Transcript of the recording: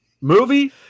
Movie